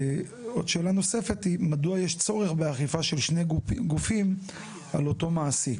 ועוד שאלה נוספת היא מדוע יש צורך באכיפה של שני גופים על אותו מעסיק?